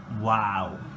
Wow